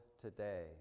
today